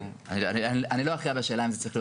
אני לא אחראי על השאלה אם זה צריך להיות